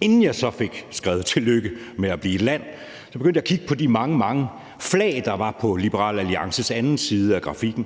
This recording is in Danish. Inden jeg så fik skrevet tillykke med at blive et land, begyndte jeg at kigge på de mange, mange flag, der var på den anden side af Liberal Alliances grafik, og